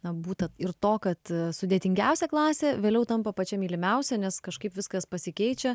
na būta ir to kad sudėtingiausia klasė vėliau tampa pačia mylimiausia nes kažkaip viskas pasikeičia